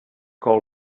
call